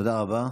תודה רבה,